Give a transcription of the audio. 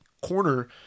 corner